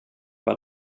var